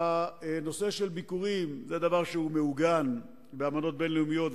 הנושא של ביקורים הוא דבר שמעוגן באמנות בין-לאומיות,